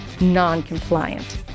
non-compliant